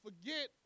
forget